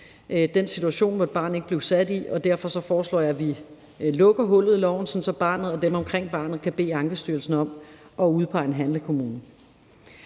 Den situation må et barn ikke blive sat i, og derfor foreslår jeg, at vi lukker hullet i loven, sådan at barnet og dem omkring barnet kan bede Ankestyrelsen om at udpege en handlekommune.